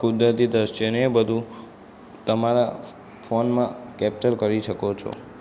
કુદરતી દૃશ્ય ને એ બધું તમારા ફોનમાં કેપ્ચર કરી શકો છો